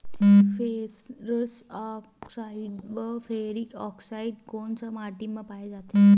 Ferrous oxide व ferric oxide कोन सा माटी म पाय जाथे?